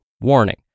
warning